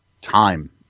time